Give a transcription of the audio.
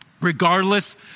regardless